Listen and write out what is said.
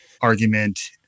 argument